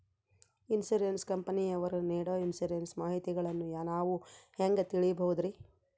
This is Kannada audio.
ಇನ್ಸೂರೆನ್ಸ್ ಕಂಪನಿಯವರು ನೇಡೊ ಇನ್ಸುರೆನ್ಸ್ ಮಾಹಿತಿಗಳನ್ನು ನಾವು ಹೆಂಗ ತಿಳಿಬಹುದ್ರಿ?